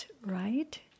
right